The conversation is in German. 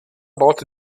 baute